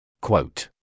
Quote